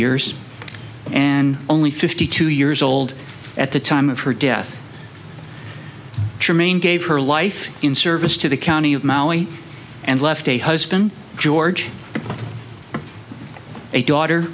years and only fifty two years old at the time of her death tremaine gave her life in service to the county of mali and left a husband george a daughter